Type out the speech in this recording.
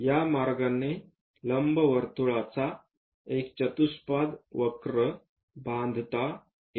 या मार्गाने लंबवर्तुळाच्या एक चतुष्पाद वक्र बांधता येईल